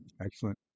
Excellent